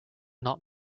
not